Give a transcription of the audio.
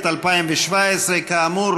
התשע"ח 2017. כאמור,